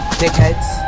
dickheads